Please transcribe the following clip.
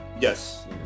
Yes